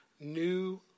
new